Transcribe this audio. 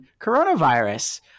coronavirus